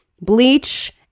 bleach